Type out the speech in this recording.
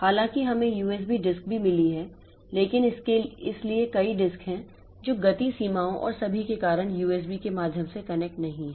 हालाँकि हमें USB disk भी मिली है लेकिन इसलिए कई डिस्क हैं जो गति सीमाओं और सभी के कारण USB के माध्यम से कनेक्ट नहीं हैं